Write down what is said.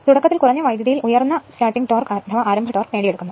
തുടക്കത്തിൽ കുറഞ്ഞ വൈദ്യുതിയിൽ ഉയർന്ന ആരംഭ ടോർക് നേടിയെടുക്കുന്നു